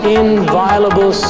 inviolable